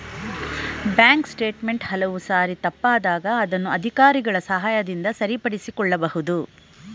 bank statement ಕೆಲವು ಸಾರಿ ತಪ್ಪಾದಾಗ ಅದನ್ನು ಅಧಿಕಾರಿಗಳ ಸಹಾಯದಿಂದ ಸರಿಪಡಿಸಿಕೊಳ್ಳಬಹುದು